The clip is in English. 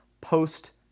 post